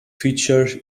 features